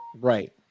Right